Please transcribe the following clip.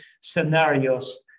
scenarios